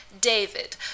david